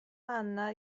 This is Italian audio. anna